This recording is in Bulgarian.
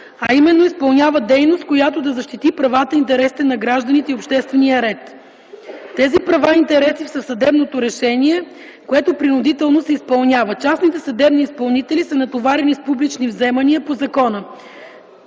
а именно изпълнява дейност, която да защити правата и интересите на гражданите и обществения ред. Тези права и интереси са в съдебното решение, което принудително се изпълнява. Частните съдебни изпълнители са натоварени с публични взимания по закона.